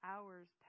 Hours